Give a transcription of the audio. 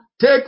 take